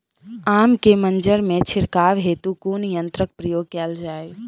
आम केँ मंजर मे छिड़काव हेतु कुन यंत्रक प्रयोग कैल जाय?